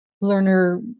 learner